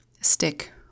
stick